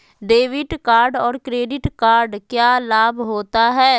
Debit card और credit card क्या लाभ होता है?